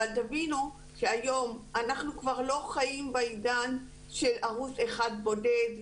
אבל תבינו שהיום אנחנו כבר לא חיים בעידן של ערוץ אחד בודד,